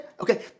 Okay